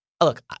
Look